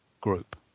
group